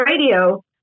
radio